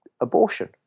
abortion